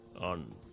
On